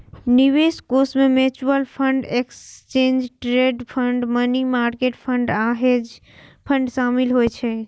निवेश कोष मे mutual fund, exchange traded fund, money market fund आ हेज फंड शामिल होइ छै